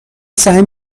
سعی